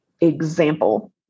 example